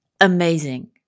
amazing